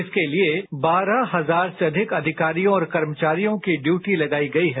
इसके लिए बारह हजार से अधिक अधिकारियों और कर्मचारियों की ड्यूटी लगाई गई है